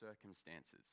circumstances